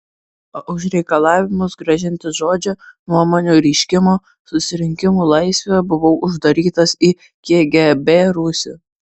o už reikalavimus grąžinti žodžio nuomonių reiškimo susirinkimų laisvę buvau uždarytas į kgb rūsį